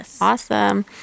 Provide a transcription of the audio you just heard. Awesome